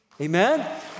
amen